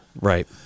right